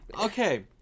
Okay